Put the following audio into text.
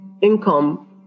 income